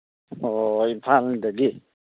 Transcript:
ꯑꯣ ꯏꯝꯐꯥꯜꯗꯒꯤ